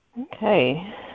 Okay